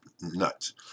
nuts